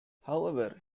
however